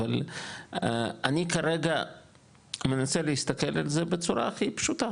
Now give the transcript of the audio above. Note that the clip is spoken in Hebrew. אבל אני כרגע מנסה להסתכל על זה בצורה הכי פשוטה.